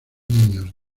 niños